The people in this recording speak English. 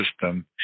system